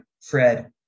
Fred